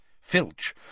Filch